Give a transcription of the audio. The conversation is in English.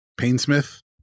Painsmith